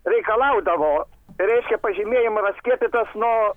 reikalaudavo reiškia pažymėjimo ar aš skiepytas nuo